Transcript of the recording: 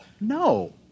No